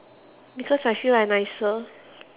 because I feel like nicer